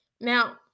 Now